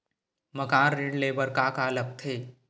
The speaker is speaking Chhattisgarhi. मकान ऋण ले बर का का लगथे?